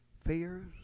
fears